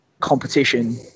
competition